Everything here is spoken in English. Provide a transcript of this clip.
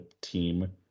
team